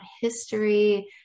history